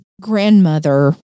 grandmother